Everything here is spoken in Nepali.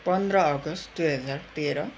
पन्ध्र अगस्त दुई हजार तेह्र